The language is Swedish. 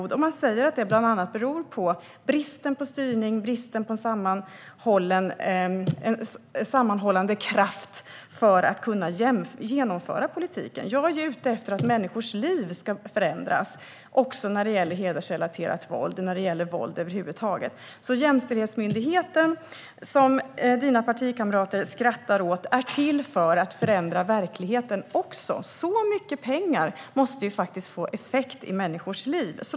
I granskningarna sägs att det bland annat beror på bristen på styrning, bristen på en sammanhållande kraft som kan genomföra politiken. Jag är ute efter att människors liv ska förändras också när det gäller hedersrelaterat våld och våld över huvud taget. Jämställdhetsmyndigheten som dina partikamrater skrattar åt är till för att förändra verkligheten. Så mycket pengar måste få effekt i människors liv.